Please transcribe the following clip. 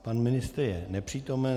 Pan ministr je nepřítomen.